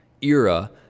era